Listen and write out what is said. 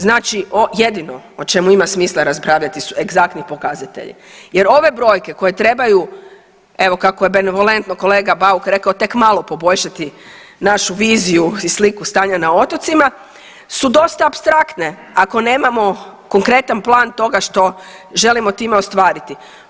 Znači, jedino o čemu ima smisla raspravljati su egzaktni pokazatelji jer ove brojke koje trebaju evo kako je benevolentno kolega Bauk rekao tek malo poboljšati našu viziju i sliku stanja na otocima su dosta apstraktne ako nemamo konkretan plan toga što želimo time ostvariti.